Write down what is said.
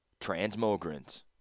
Transmogrants